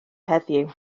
heddiw